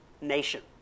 nation